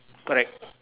correct